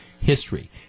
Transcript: history